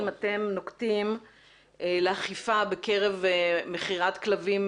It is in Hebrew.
אתם נוקטים לאכיפה בקרב מכירת כלבים